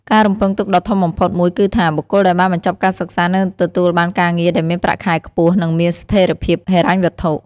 ការរំពឹងទុកដ៏ធំបំផុតមួយគឺថា បុគ្គលដែលបានបញ្ចប់ការសិក្សានឹងទទួលបានការងារដែលមានប្រាក់ខែខ្ពស់ និងមានស្ថិរភាពហិរញ្ញវត្ថុ។